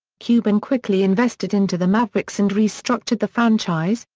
cuban quickly invested into the mavericks and restructured the franchise,